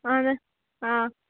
اَہَن حظ آ